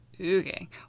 Okay